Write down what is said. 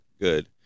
good